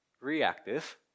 reactive